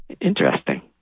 Interesting